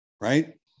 Right